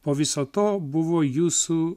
po viso to buvo jūsų